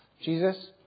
Jesus